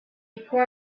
poor